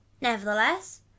nevertheless